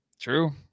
True